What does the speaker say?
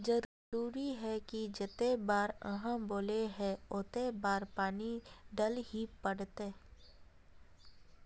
जरूरी है की जयते बार आहाँ बोले है होते बार पानी देल ही पड़ते?